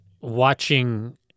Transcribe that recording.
watching